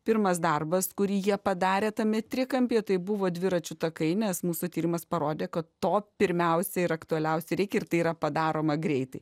pirmas darbas kurį jie padarė tame trikampyje tai buvo dviračių takai nes mūsų tyrimas parodė kad to pirmiausiai ir aktualiausiai reikia ir tai yra padaroma greitai